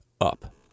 up